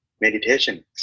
meditation